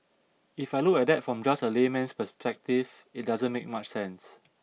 if I look at that from just a layman's perspective it doesn't make much sense